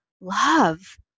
love